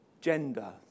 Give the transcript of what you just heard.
gender